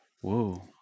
whoa